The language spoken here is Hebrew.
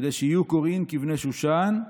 כדי שיהיו קוראין כבני שושן,